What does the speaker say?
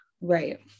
Right